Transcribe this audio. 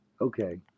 Okay